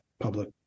public